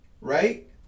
right